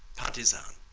partisan.